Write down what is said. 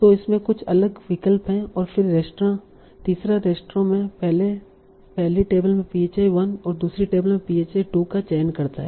तो इसमें कुछ अलग विकल्प हैं और फिर तीसरा रेस्तरां में पहली टेबल में phi 1 और दूसरी टेबल में phi 2 का चयन करता है